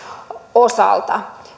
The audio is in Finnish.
osalta